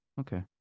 Okay